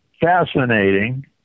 fascinating